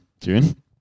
June